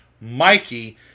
Mikey